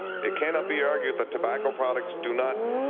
it cannot be argued that tobacco products do not